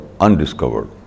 undiscovered